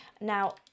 Now